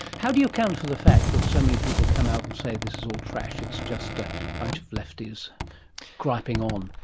how do you account for the fact that so many people come out and say this is all trash, it's just a bunch of lefties griping on'?